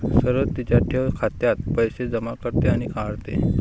सरोज तिच्या ठेव खात्यात पैसे जमा करते आणि काढते